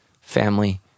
family